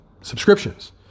subscriptions